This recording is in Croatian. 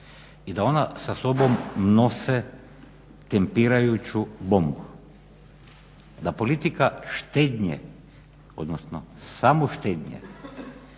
i da ona sa sobom nose tempirajuću bombu, da politika štednje odnosno samoštednje